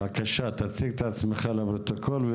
תציג את עצמך לפרוטוקול.